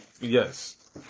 Yes